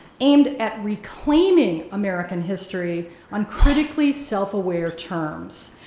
aimed at reclaiming american history on critically self-aware terms.